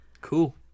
Cool